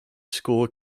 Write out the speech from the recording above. school